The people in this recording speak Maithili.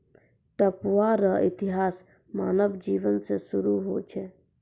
पटुआ रो इतिहास मानव जिवन से सुरु होय छ